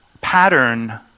Pattern